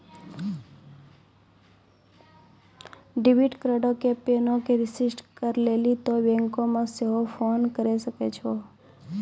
debit कार्डो के पिनो के रिसेट करै लेली तोंय बैंको मे सेहो फोन करे सकै छो